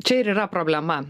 čia ir yra problema